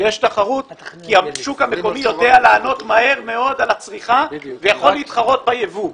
כי השוק המקומי יודע לענות מהר מאוד על הצריכה ויכול להתחרות ביבוא.